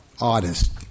artist